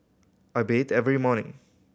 I bet every morning